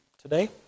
today